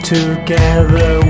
Together